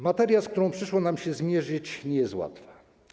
Materia, z którą przyszło nam się zmierzyć, nie jest łatwa.